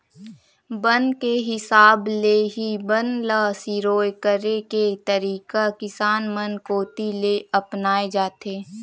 बन के हिसाब ले ही बन ल सिरोय करे के तरीका किसान मन कोती ले अपनाए जाथे